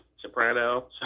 Soprano